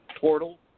portal